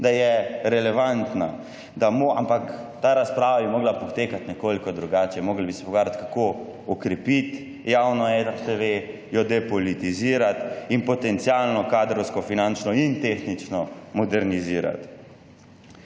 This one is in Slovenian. relevantna, ampak ta razprava bi morala potekati nekoliko drugače. Morali bi se pogovarjati, kako okrepiti javno RTV, jo depolitizirati in potencialno kadrovsko, finančno in tehnično modernizirati.